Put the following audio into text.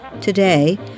Today